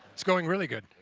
it's going really good.